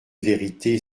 vérité